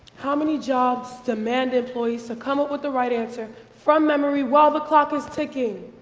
how many jobs demand employees to come up with the right answer from memory while the clock is ticking?